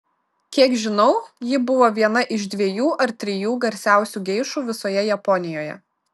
kiek žinau ji buvo viena iš dviejų ar trijų garsiausių geišų visoje japonijoje